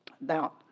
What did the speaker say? now